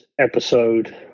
episode